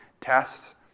tests